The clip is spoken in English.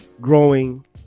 growing